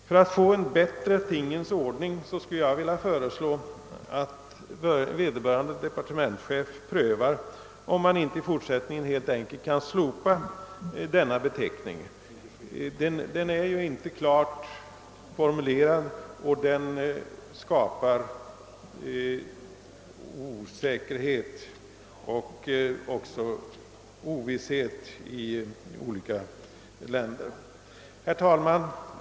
För att åstadkomma en bättre tingens ordning skulle jag vilja föreslå att vederbörande departementschef prövar, om man inte i fortsättningen helt enkelt kan slopa denna beteckning. Den är ju inte klart definierad, och den skapar osäkerhet och ovisshet i olika länder. Herr talman!